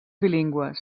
bilingües